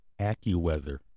AccuWeather